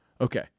Okay